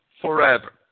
forever